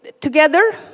together